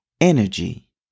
Energy